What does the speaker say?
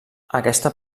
aquesta